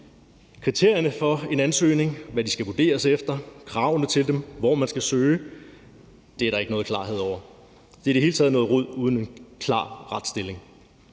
Kriterierne for en ansøgning, hvad de skal vurderes efter, hvad kravene til dem er, og hvor man skal søge, er der ikke nogen klarhed over. Det er i det hele taget noget rod uden klar retsstilling.